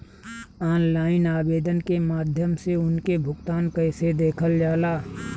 Online आवेदन के माध्यम से उनके भुगतान कैसे देखल जाला?